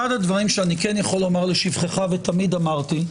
אחד הדברים שאני כן יכול לומר לשבחך ותמיד אמרתי,